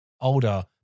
older